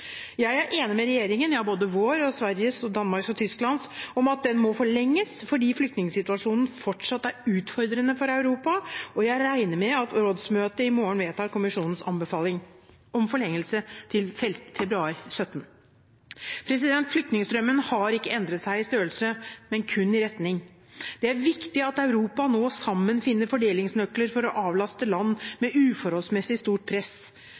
Jeg er enig med regjeringen – ja både vår, Sveriges, Danmarks og Tysklands – om at den må forlenges, fordi flyktningsituasjonen fortsatt er utfordrende for Europa, og jeg regner med at rådsmøtet i morgen vedtar kommisjonens anbefaling om forlengelse til februar 2017. Flyktningstrømmen har ikke endret seg i størrelse, men kun i retning. Det er viktig at Europa nå sammen finner fordelingsnøkler for å avlaste land med uforholdsmessig stort press,